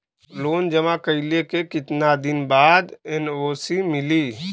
Loan जमा कइले के कितना दिन बाद एन.ओ.सी मिली?